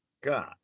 God